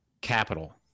capital